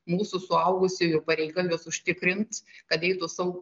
mūsų suaugusiųjų pareiga juos užtikrint kad eitų sau